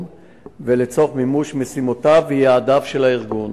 ולצורך מימוש משימותיו ויעדיו של הארגון.